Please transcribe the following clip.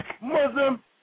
Muslim